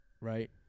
Right